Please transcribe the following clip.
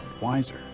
wiser